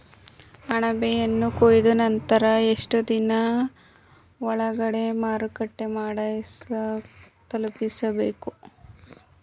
ಅಣಬೆಯನ್ನು ಕೊಯ್ದ ನಂತರ ಎಷ್ಟುದಿನದ ಒಳಗಡೆ ಮಾರುಕಟ್ಟೆ ತಲುಪಿಸಬೇಕು?